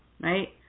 right